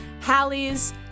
Hallie's